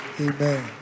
amen